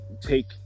take